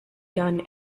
done